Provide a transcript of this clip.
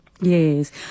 Yes